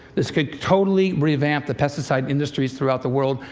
this could totally revamp the pesticide industries throughout the world.